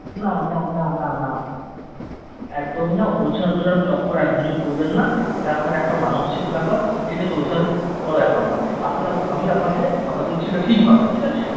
না না না না না একদমই না ওঝা টোঝার চক্করে একদমই পড়বেন না এটা আপনার একটা মানসিক ব্যাপার ঠিক আছে ওঝার কোনো ব্যাপার নয় আপনি আমি আপনাকে কথা দিচ্ছি এটা ঠিক হবে ঠিক আছে